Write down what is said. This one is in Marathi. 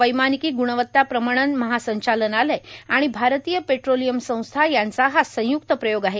वैमानिकी ग्णवत्ता प्रमाणन महासंचालनालय आणि भारतीय पेट्रोलियम संस्था यांचा हा संय्क्त प्रयोग आहे